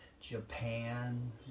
Japan